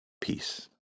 Peace